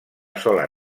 sola